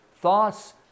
thoughts